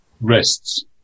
rests